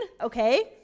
Okay